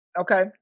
Okay